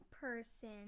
person